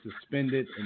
suspended